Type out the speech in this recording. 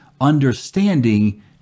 understanding